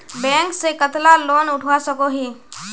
Bank से कतला loan उठवा सकोही?